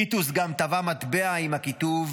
טיטוס גם טבע מטבע עם הכיתוב: